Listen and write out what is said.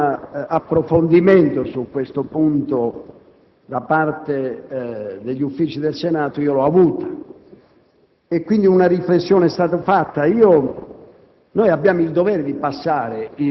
la preoccupazione di un approfondimento su questo punto da parte degli Uffici del Senato l'ho avuta e quindi una riflessione è stata fatta.